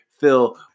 Phil